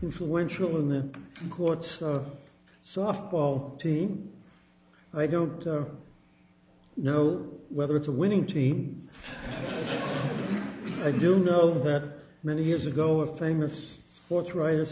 influential in the courts softball team i don't you know whether it's a winning team i do know that many years ago a famous sports writer